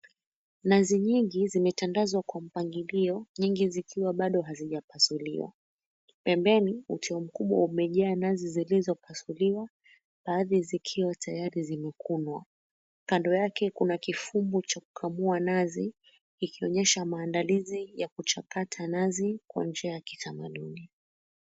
Nazi nyingi zimetandazwa kwa mpangilio nyingi zikiwa bado hazijapasuliwa .Pembeni uteo mkubwa umejaa nazi zilizopasuliwa baadhi zikiwa tayari zimekunwa. Kando yake kuna kifumbu cha kukamua nazi kikionyesha maandalizi ya kuchakata nazi kwa njia ya kitamaduni.